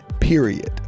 period